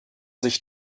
sich